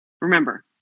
remember